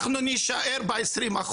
אנחנו נישאר ב-20%,